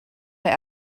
hij